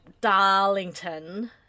Darlington